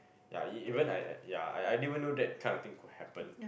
ya e~ even I ya I I didn't even know that kind of thing could happen